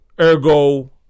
ergo